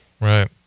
right